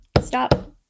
Stop